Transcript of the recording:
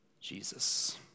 Jesus